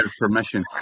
permission